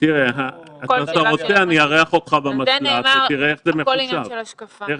--- על זה נאמר, הכול עניין של השקפה.